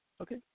okay